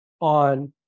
on